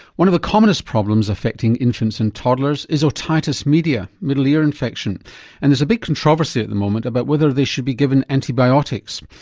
one of the commonest problems affecting infants and toddlers is otitis media, middle ear infection and there's a big controversy at the moment about whether they should be given antibiotics.